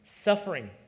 suffering